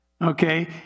Okay